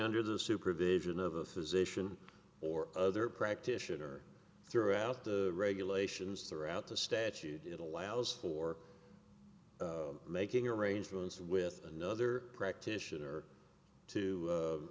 under the supervision of a physician or other practitioner throughout the regulations throughout the statute it allows for making arrangements with another practitioner to